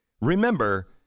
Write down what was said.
remember